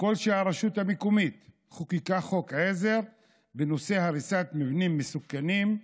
ככל שהרשות המקומית חוקקה חוק עזר בנושא הריסת מבנים מסוכנים,